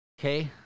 Okay